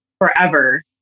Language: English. forever